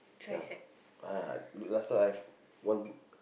ya but last time I have one